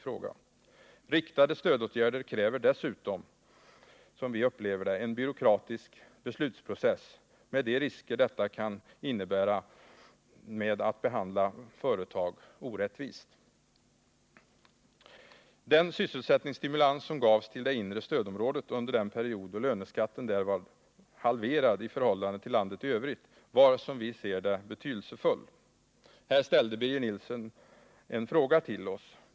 Riktade stödåtgärder kräver dessutom, som vi upplever det, en byråkratisk beslutsprocess, med de risker detta kan innebära för att företag behandlas orättvist. Den sysselsättningsstimulans som gavs till det inre stödområdet under den period då löneskatten där var halverad i förhållande till landet i övrigt var, som vi ser det, betydelsefull. Här ställde Birger Nilsson en fråga till oss.